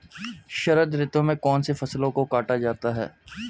शरद ऋतु में कौन सी फसलों को काटा जाता है?